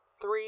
Three